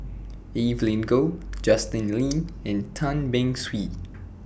Evelyn Goh Justin Lean and Tan Beng Swee